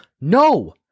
No